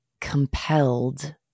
compelled